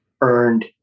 earned